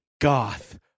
Goth